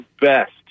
best